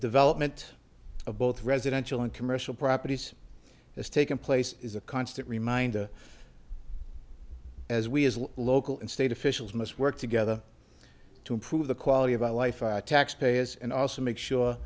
development of both residential and commercial properties has taken place is a constant reminder as we as local and state officials must work together to improve the quality of our life i taxpayers and also make sure